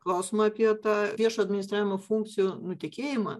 klausimą apie tą viešo administravimo funkcijų nutekėjimą